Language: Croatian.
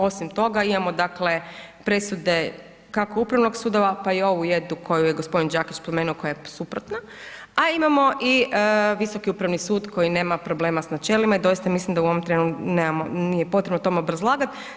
Osim toga imamo dakle presude kako upravnih sudova pa i ovu jednu koju je gospodin Đakić spomenuo koja je suprotna, a imamo i Visoki upravni sud koji nema problema s načelima i doista mislim da u ovom trenu nije potrebno tom obrazlagat.